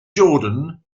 jordan